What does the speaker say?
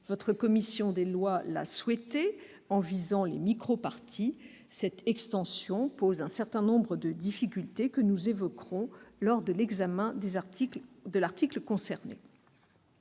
Votre commission des lois l'a souhaité, pour y intégrer les micropartis. Cette extension pose certaines difficultés, que nous évoquerons lors de l'examen de l'article concerné.